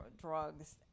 drugs